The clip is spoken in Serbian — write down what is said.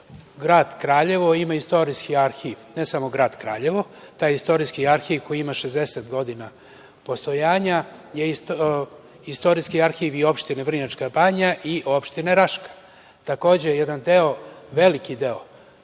Grad Kraljevo ima istorijski arhiv, i ne samo grad Kraljevo. Taj istorijski arhiv koji ima 60 godina postojanja, istorijski arhiv i opština Vrnjačka Banja i opština Raška. Takođe jedan veliki deo,